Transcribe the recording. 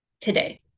today